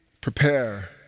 prepare